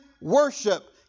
worship